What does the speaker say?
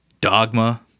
Dogma